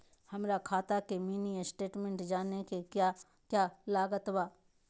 हमरा खाता के मिनी स्टेटमेंट जानने के क्या क्या लागत बा?